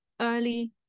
early